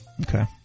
Okay